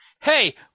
Hey